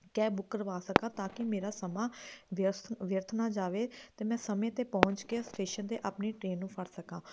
cab book ਕਰਵਾ ਸਕਾਂ ਤਾਂ ਕਿ ਮੇਰਾ ਸਮਾਂ ਵਿਅਸਤ ਵਿਅਰਥ ਨਾ ਜਾਵੇ ਅਤੇ ਮੈਂ ਸਮੇਂ 'ਤੇ ਪਹੁੰਚ ਕੇ ਸਟੇਸ਼ਨ 'ਤੇ ਆਪਣੀ ਟਰੇਨ ਨੂੰ ਫੜ ਸਕਾਂ